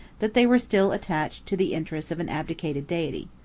that they were still attached to the interest of an abdicated deity.